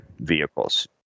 vehicles